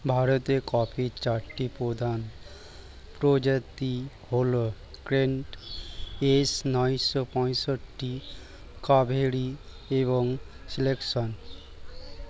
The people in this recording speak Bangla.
ভারতের কফির চারটি প্রধান প্রজাতি হল কেন্ট, এস নয়শো পঁয়ষট্টি, কাভেরি এবং সিলেকশন